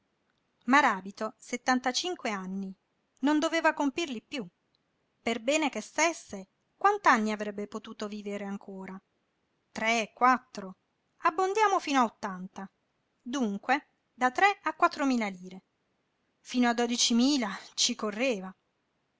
averle maràbito settantacinque anni non doveva compirli piú per bene che stesse quant'anni avrebbe potuto vivere ancora tre quattro abbondiamo fino a ottanta dunque da tre a quattro mila lire fino a dodici mila ci correva